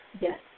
Yes